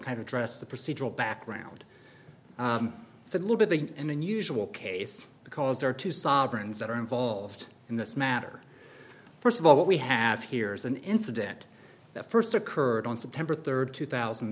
kind of dress the procedural background so a little bit the an unusual case because there are two sovereigns that are involved in this matter first of all what we have here is an incident that first occurred on september third two thousand